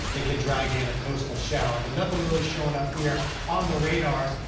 it could drag in a coast al shower, but nothing really showing up here on the radar.